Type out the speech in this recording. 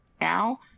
Now